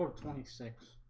ah twenty six